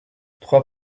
trois